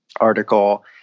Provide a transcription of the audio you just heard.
article